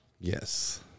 Yes